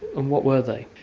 and what were they?